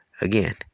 Again